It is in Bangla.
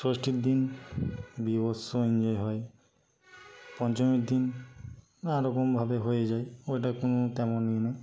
ষষ্ঠীর দিন বীভৎস এনজয় হয় পঞ্চমীর দিন নানা রকমভাবে হয়ে যায় ওটা কোনো তেমন ই নেই